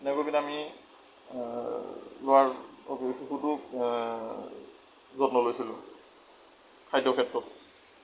আমি ল'ৰা শিশুটোক যত্ন লৈছিলো খাদ্যত ক্ষেত্ৰত